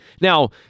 Now